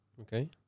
Okay